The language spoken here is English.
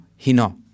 Hino